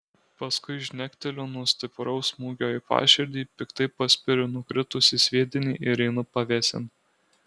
paskui žnekteliu nuo stipraus smūgio į paširdį piktai paspiriu nukritusį sviedinį ir einu pavėsin